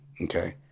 Okay